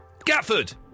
Gatford